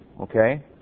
Okay